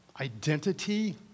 identity